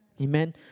Amen